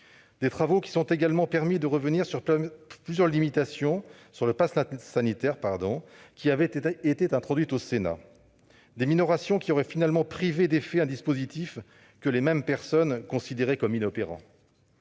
Ces travaux ont également permis de revenir sur plusieurs limitations du passe sanitaire qui avaient été introduites au Sénat. Ces minorations auraient finalement privé d'effet un dispositif que les mêmes personnes considéraient comme inopérant.